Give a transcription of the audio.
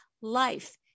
life